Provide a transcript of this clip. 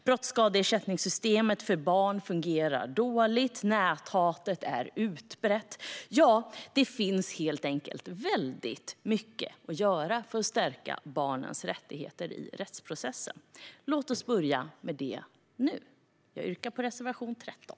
Brottsskadeersättningssystemet för barn fungerar dåligt, och näthatet är utbrett - ja, det finns helt enkelt väldigt mycket att göra för att stärka barnens rättigheter i rättsprocessen. Låt oss börja med det nu. Jag yrkar bifall till reservation 13.